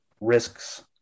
risks